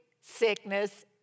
sickness